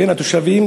בין התושבים,